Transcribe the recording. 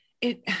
it-